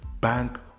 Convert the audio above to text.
bank